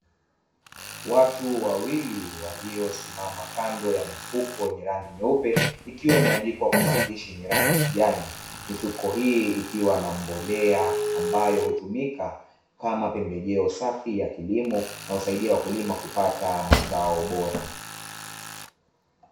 Watu wawili waliosimama kando ya mifuko yenye rangi nyeupe, ikiwa imeandikwa kwa maandishi yenye rangi ya kijani; mifuko hii ina mbolea ambayo hutumika kama pembejeo safi ya kilimo, inayosaidia wakulima kupata mazao bora.